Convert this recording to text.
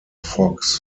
fox